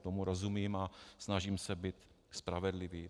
Tomu rozumím a snažím se být spravedlivý.